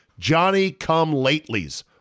Johnny-come-latelys